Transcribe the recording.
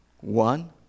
One